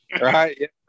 Right